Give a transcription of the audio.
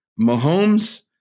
Mahomes